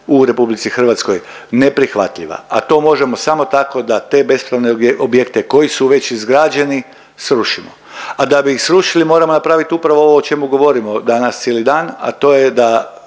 u RH neprihvatljiva, a to možemo samo tako da te bespravne objekte koji su već izgrađeni srušimo, a da bi ih srušili moramo napravit upravo ovo o čemu govorimo danas cijeli dan, a to je da